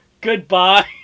goodbye